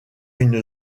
une